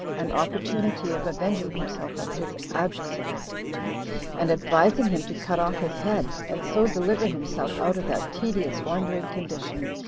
an opportunity of avenging himself of his adversary and advising him to cut off his head, and so deliver himself out of that tedious, wandering condition,